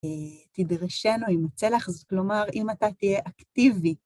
תדרשנו אם יוצא לך, כלומר, אם אתה תהיה אקטיבי.